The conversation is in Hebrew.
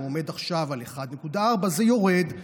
עומד עכשיו על 1.4. זה יורד,